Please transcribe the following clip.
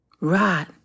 Right